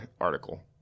article